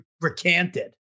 recanted